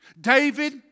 David